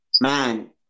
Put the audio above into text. man –